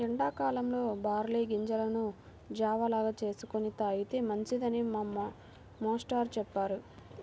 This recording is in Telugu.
ఎండా కాలంలో బార్లీ గింజలను జావ లాగా చేసుకొని తాగితే మంచిదని మా మేష్టారు చెప్పారు